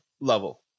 level